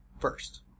first